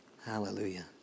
Hallelujah